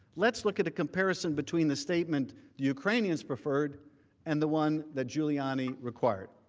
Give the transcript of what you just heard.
let's look at a comparison between the statement ukrainians preferred and the one that giuliani required.